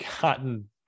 gotten